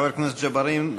חבר הכנסת ג'בארין,